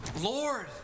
Lord